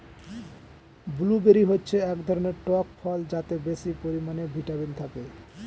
blueberry হচ্ছে এক ধরনের টক ফল যাতে বেশি পরিমাণে ভিটামিন থাকে